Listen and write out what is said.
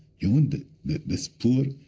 you want this poor,